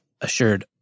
Assured